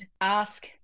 Ask